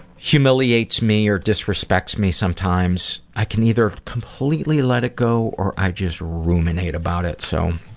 humiliates me or disrespects me sometimes, i can either completely let it go or i just ruminate about it, so,